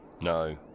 No